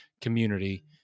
community